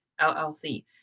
LLC